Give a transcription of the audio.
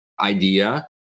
idea